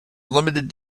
limited